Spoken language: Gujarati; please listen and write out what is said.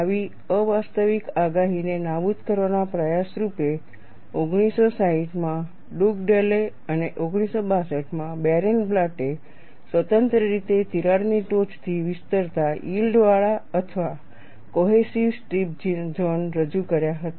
આવી અવાસ્તવિક આગાહીને નાબૂદ કરવાના પ્રયાસરૂપે 1960માં ડુગડેલે અને 1962માં બેરેનબ્લાટે સ્વતંત્ર રીતે તિરાડની ટોચથી વિસ્તરતા યીલ્ડવાળા અથવા કોહેસિવ સ્ટ્રીપ ઝોન રજૂ કર્યા હતા